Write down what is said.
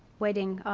wedding